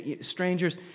strangers